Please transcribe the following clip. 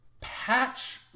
Patch